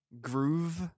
groove